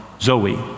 Zoe